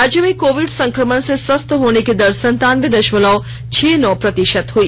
राज्य में कोविड संक्रमण से स्वस्थ होने की दर संतानबे दशमलव छह नौ प्रतिशत हुई